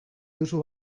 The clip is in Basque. duzu